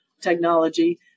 technology